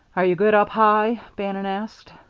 are you good up high? bannon asked.